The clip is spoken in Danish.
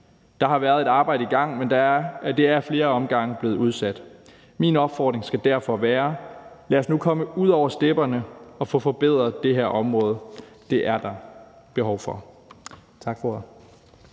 Der har været et arbejde i gang, men det er ad flere omgange blevet udsat. Min opfordring skal derfor være: Lad os nu komme ud over stepperne og få forbedret det her område, for det er der behov for. Tak for